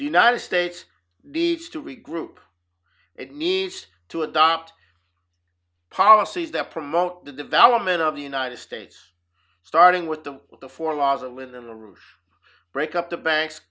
the united states needs to regroup it needs to adopt policies that promote the development of the united states starting with the with the four laws a live in the roof break up the banks